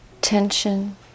tension